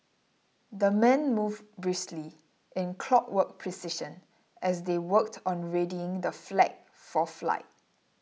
the men moved briskly in clockwork precision as they worked on readying the flag for flight